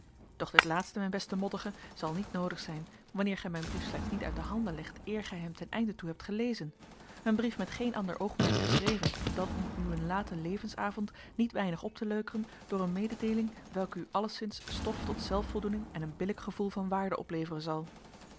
doch dit laatste mijn beste mottige zal niet noodig zijn wanneer gij mijn brief slechts niet uit de handen legt eer gij hem ten einde toe hebt gelezen een brief met geen ander oogmerk geschreven dan om uwen laten levensavond niet weinig op te leukeren door eene mededeeling welke u alleszins stof tot zelfvoldoening en een billijk gevoel van waarde opleveren zal